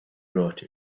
wrote